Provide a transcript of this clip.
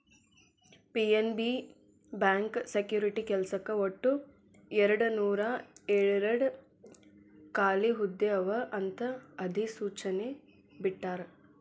PNB bank security ಕೆಲ್ಸಕ್ಕ ಒಟ್ಟು ಎರಡನೂರಾಯೇರಡ್ ಖಾಲಿ ಹುದ್ದೆ ಅವ ಅಂತ ಅಧಿಸೂಚನೆ ಬಿಟ್ಟಾರ